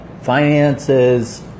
finances